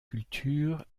cultures